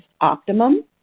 optimum